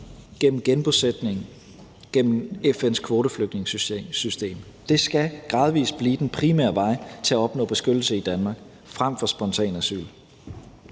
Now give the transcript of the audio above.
gennem genbosætning, gennem FN's kvoteflygtningesystem. Det skal gradvis blive den primære vej til at opnå beskyttelse i Danmark frem for spontant asyl.